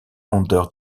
onder